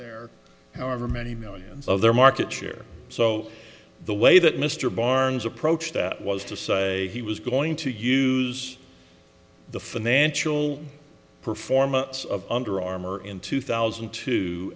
their however many millions of their market share so the way that mr barnes approached that was to say he was going to use the financial performance of under armor in two thousand